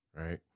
right